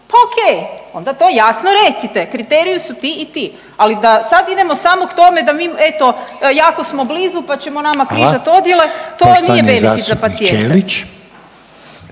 pa o.k. onda to jasno recite kriteriji su ti i ti. Ali da sad idemo samo k tome da mi eto jako smo blizu pa ćemo nama križat odjele … …/Upadica